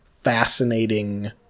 fascinating